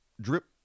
drip